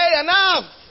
enough